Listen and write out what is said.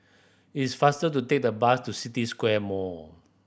it's faster to take the bus to City Square Mall